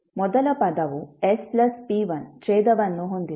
ಮೊದಲ ಪದವು s p1 ಛೇದವನ್ನು ಹೊಂದಿದೆ